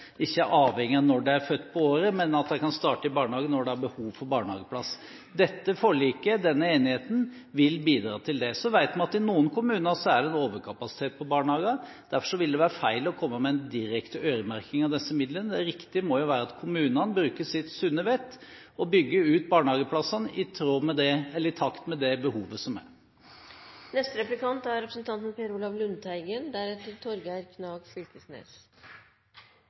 av når de er født på året og når de har behov for barnehageplass. Dette forliket, denne enigheten, vil bidra til det. Så vet vi at i noen kommuner er det overkapasitet av barnehager. Derfor ville det være feil å komme med en direkte øremerking av midlene. Det riktige må være at kommunene bruker sitt sunne vett og bygger ut barnehageplasser i takt med